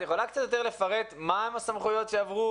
את יכולה קצת יותר לפרט מה הן הסמכויות שהועברו